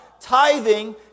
Tithing